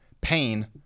pain